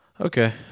Okay